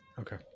okay